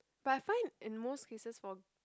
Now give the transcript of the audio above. but I find in most cases for